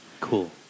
Cool